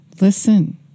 Listen